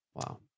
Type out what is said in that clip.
Wow